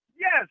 Yes